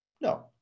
No